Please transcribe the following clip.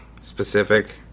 specific